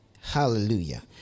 Hallelujah